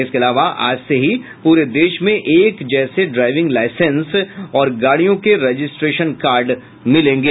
इसके अलावा आज से ही पूरे देश में एक जैसे ड्राइविंग लाइसेंस और गाड़ियों के रजिस्ट्रेशन कार्ड मिलेंगे